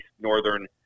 Northern